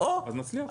אז נצליח.